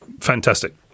fantastic